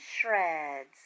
shreds